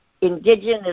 indigenous